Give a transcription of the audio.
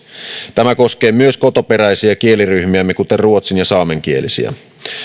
tämä koskee myös kotoperäisiä kieliryhmiämme kuten ruotsin ja saamenkielisiä